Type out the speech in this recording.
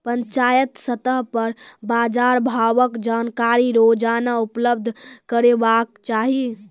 पंचायत स्तर पर बाजार भावक जानकारी रोजाना उपलब्ध करैवाक चाही?